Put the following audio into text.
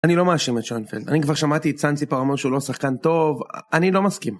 אני לא מאשם את שאנפלד, אני כבר שמעתי צאנסי פרמון שהוא לא שחקן טוב, אני לא מסכים.